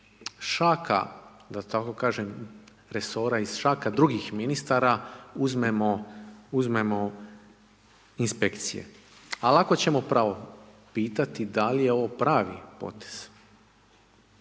šaka da tako kažem, resora, iz šaka drugih ministara, uzmemo inspekcije, ali ako ćemo pravo pitati, da li je ovo pravi potez,